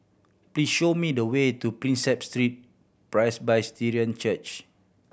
please show me the way to Prinsep Street Presbyterian Church